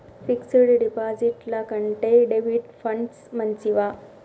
Fix డ్ డిపాజిట్ల కంటే డెబిట్ ఫండ్స్ మంచివా?